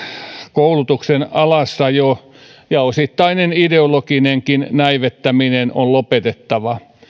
koulutuksen alasajo ja osittainen ideologinenkin näivettäminen on lopetettava